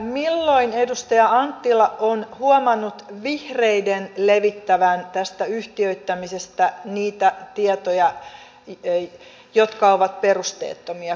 milloin edustaja anttila on huomannut vihreiden levittävän tästä yhtiöittämisestä niitä tietoja jotka ovat perusteettomia